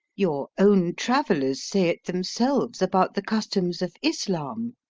your own travellers say it themselves about the customs of islam.